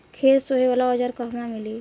खेत सोहे वाला औज़ार कहवा मिली?